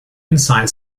insight